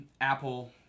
Apple